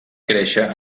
créixer